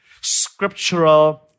scriptural